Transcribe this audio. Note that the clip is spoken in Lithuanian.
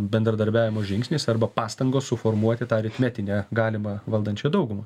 bendradarbiavimo žingsnis arba pastangos suformuoti tą aritmetinę galimą valdančią daugumą